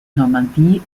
normandie